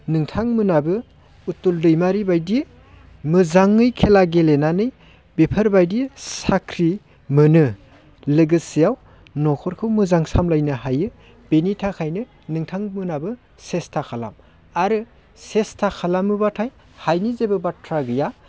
नोंथां मोनहाबो उथुल दैमारि बायदि मोजाङै खेला गेलेनानै बेफोरबादि साख्रि मोनो लोगोसेयाव न'खरखौ मोजां सामलायनो हायो बिनि थाखायनो नोंथांमोनहाबो सेसथा खालाम आरो सेसथा खालामोब्लाथाय हायिनि जेबो बाथ्रा गैया